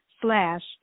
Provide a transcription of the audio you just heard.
slash